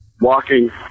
Walking